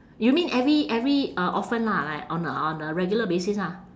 you mean every every uh often lah like on a on a regular basis ah